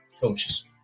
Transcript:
coaches